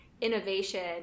innovation